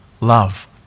love